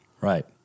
right